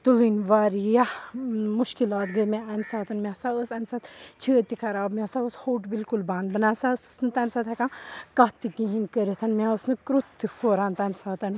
تُلٕنۍ واریاہ مُشکِلات گٔے مےٚ اَمہِ ساتہٕ مےٚ ہَسا ٲس اَمہِ ساتہٕ چھٲتۍ تہِ خراب مےٚ ہَسا اوس ہوٚٹ بِلکُل بنٛد بہٕ نہ سا ٲسٕس نہٕ تَمہِ ساتہٕ ہٮ۪کان کَتھ تہِ کِہیٖنۍ کٔرِتھ مےٚ ٲس نہٕ کٔرٛت تہِ پھوران تَمہِ ساتہٕ